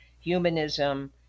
humanism